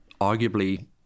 arguably